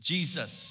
Jesus